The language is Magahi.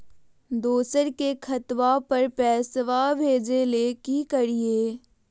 दोसर के खतवा पर पैसवा भेजे ले कि करिए?